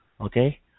Okay